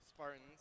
Spartans